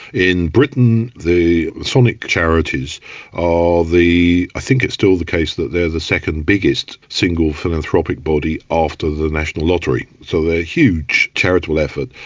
in britain the masonic charities are the i think it's still the case that they're the second biggest single philanthropic body after the national lottery. so they're huge, charitable effort.